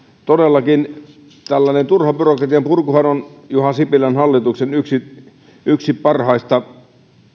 todellakin tällainen turhan byrokratian purkuhan on juha sipilän hallituksen yksi yksi parhaista